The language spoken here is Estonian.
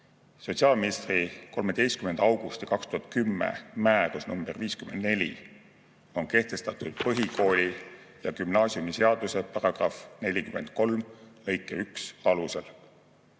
Sotsiaalministri 13. augusti 2010 määrus nr 54 on kehtestatud põhikooli‑ ja gümnaasiumiseaduse § 43 lõike 1 alusel.